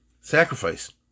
sacrifice